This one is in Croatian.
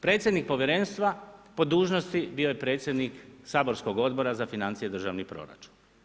Predsjednik povjerenstva po dužnosti bio je predsjednik saborskog odbora za financije i državni proračun.